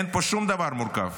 אין פה שום דבר מורכב.